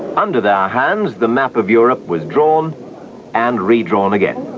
under their hands, the map of europe was drawn and re-drawn again.